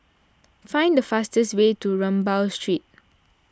find the fastest way to Rambau Street